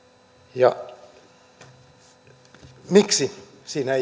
ja miksi siinä